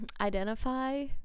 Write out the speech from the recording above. identify